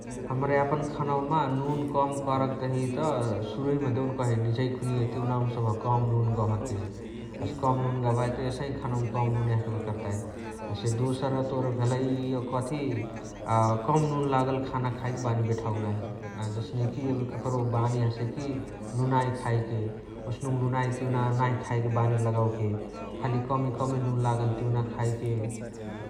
हमरा यापन खानवम नुन कम करके तहिय त सुरुहिमा देहुन कही निझै खुनिय तिउनावाम सबहा कम नुना गहके । हसे कम नुना गहबही त एसही खानवमा कम नुन हखबे करताइ । हसे दोसर तोर भेलाई इय कथी कम नुन लागल खाना खाएके बानी बेठावेके नाही । जस्ने कि एबे ककरो बानी हसै कि नुनाइ खाएके । ओस्नुका नुनै तिउना नाही खाएके बानी लगावोके खाली कमे कमे नुन लागल तिउना खाएके ।